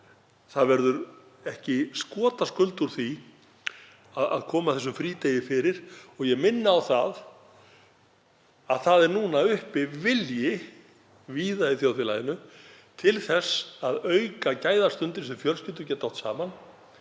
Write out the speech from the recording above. verður ekki skotaskuld úr því að koma þessum frídegi fyrir. Ég minni á að nú er uppi vilji víða í þjóðfélaginu til að auka gæðastundir sem fjölskyldur geta átt saman.